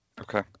Okay